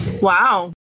Wow